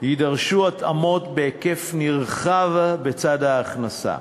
יידרשו התאמות בהיקף נרחב בצד ההכנסה.